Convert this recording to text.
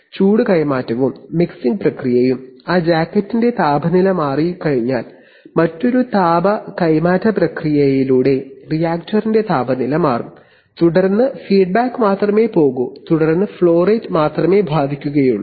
ചൂട് കൈമാറ്റവും മിക്സിംഗ് പ്രക്രിയയും ആ ജാക്കറ്റിന്റെ താപനില മാറി കഴിഞ്ഞാൽ മറ്റൊരു താപ കൈമാറ്റ പ്രക്രിയയിലൂടെ റിയാക്റ്ററിന്റെ താപനില മാറും തുടർന്ന് ഫീഡ്ബാക്ക് മാത്രമേ പോകൂ തുടർന്ന് ഫ്ലോ റേറ്റ് മാത്രമേ ബാധിക്കുകയുള്ളൂ